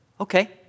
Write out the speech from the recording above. okay